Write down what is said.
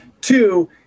two